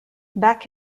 back